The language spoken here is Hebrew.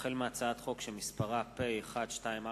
החל בהצעת חוק שמספרה פ/1245/18